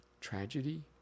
tragedy